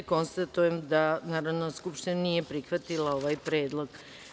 Konstatujem da Narodna skupština nije prihvatila ovaj predlog.